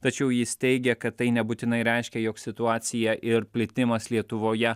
tačiau jis teigia kad tai nebūtinai reiškia jog situacija ir plitimas lietuvoje